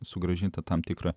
sugrąžinti tam tikrą